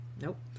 Nope